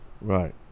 Right